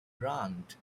grant